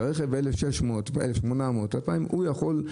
כי רכב 1,600, 1,800 ו-2,000 סמ"ק הוא יכול.